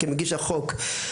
כמגיש החוק.